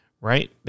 right